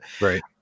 Right